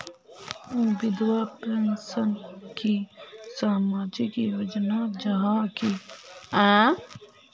विधवा पेंशन की सामाजिक योजना जाहा की?